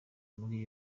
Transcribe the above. muri